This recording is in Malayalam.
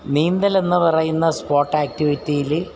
നീന്തലെന്നു പറയുന്ന സ്പോട്ട് നീന്തലെന്നു പറയുന്ന സ്പോട്ട് ആക്റ്റിവിറ്റിയിൽ